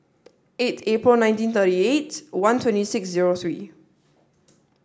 eight April nineteen thirty eight one twenty six zero three